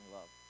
love